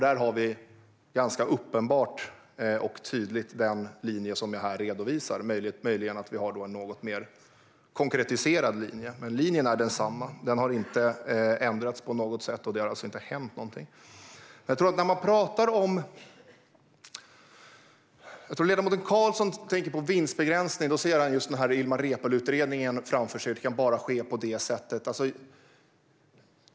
Där är det ganska uppenbart och tydligt att det är den linje som jag här redovisar. Möjligen har vi nu en något mer konkretiserad linje. Men linjen är densamma; den har inte ändrats på något sätt. Det har alltså inte hänt någonting. Jag tror att när ledamoten Karlsson tänker på vinstbegränsning ser han Ilmar Reepalu-utredningen framför sig, att det bara kan ske på det sättet.